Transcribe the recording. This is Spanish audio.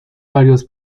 varios